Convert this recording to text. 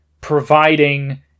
providing